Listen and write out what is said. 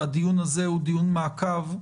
ואילו הדיון הראשון הוא דיון מעקב.